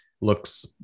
looks